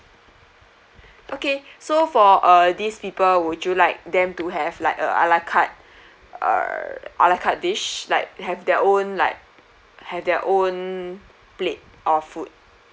okay so for uh these people would you like them to have like a a la carte uh a la carte dish like have their own like have their own plate of food